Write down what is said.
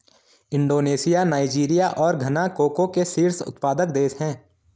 Indonesia Nigeria और Ghana cocoa के शीर्ष उत्पादक देश हैं